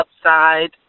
upside